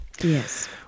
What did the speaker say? Yes